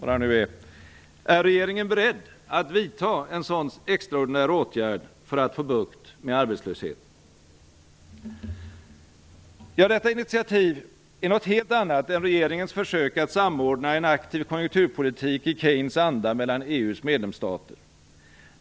Detta initiativ är något helt annat än regeringens försök att samordna en aktiv konjunkturpolitik i Keynes anda mellan EU:s medlemsstater.